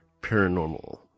paranormal